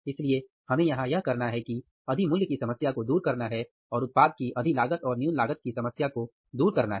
इसलिए हमें यहां यह करना है कि अधि मूल्य की समस्या को दूर करना है और उत्पाद की अधि लागत और न्यून लागत की समस्या को दूर करना है